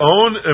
own